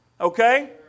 Okay